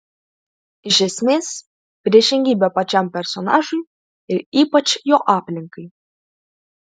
iš esmės priešingybė pačiam personažui ir ypač jo aplinkai